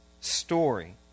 story